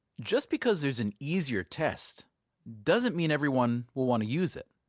just because there's an easier test doesn't mean everyone will want to use it.